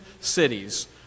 cities